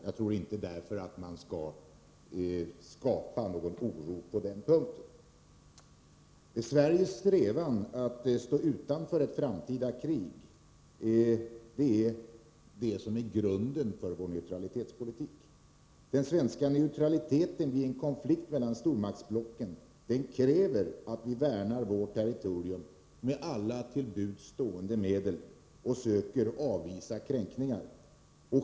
Jag tror därför inte att man skall skapa någon oro på den punkten. Sveriges strävan att stå utanför ett framtida krig är grunden för vår neutralitetspolitik. Den svenska neutraliteten i en konflikt mellan stormaktsblocken kräver att vi värnar vårt territorium med alla till buds stående medel och söker avvisa kränkningar.